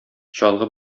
чалгы